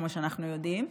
כמו שאנחנו יודעים.